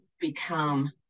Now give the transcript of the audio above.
become